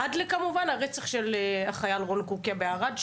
עד כמובן לרצח של החייל רון קוקיא בערד,